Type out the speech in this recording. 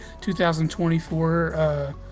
2024